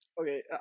Okay